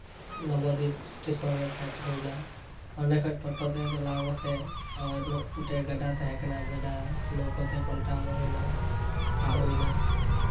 Nabadwip station ᱨᱮ ᱯᱷᱮᱰ ᱦᱩᱭ ᱮᱱᱟ ᱚᱸᱰᱮ ᱠᱷᱚᱱ ᱴᱳᱴᱳ ᱛᱮ ᱪᱟᱞᱟᱣ ᱠᱟᱛᱮᱜ ᱟᱵᱟᱨ ᱢᱤᱫᱴᱮᱱ ᱜᱟᱰᱟ ᱛᱟᱦᱮᱸ ᱠᱟᱱᱟ ᱱᱚᱶᱟ ᱜᱟᱰᱟ ᱞᱟᱹᱣᱠᱟᱹ ᱛᱮ ᱯᱟᱞᱴᱟᱣ ᱦᱩᱭ ᱮᱱᱟ ᱛᱟᱵ ᱦᱩᱭ ᱮᱱᱟ